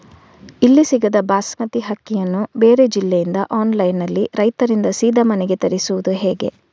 ಇಲ್ಲಿ ಸಿಗದ ಬಾಸುಮತಿ ಅಕ್ಕಿಯನ್ನು ಬೇರೆ ಜಿಲ್ಲೆ ಇಂದ ಆನ್ಲೈನ್ನಲ್ಲಿ ರೈತರಿಂದ ಸೀದಾ ಮನೆಗೆ ತರಿಸುವುದು ಹೇಗೆ?